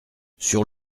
sur